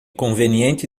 conveniente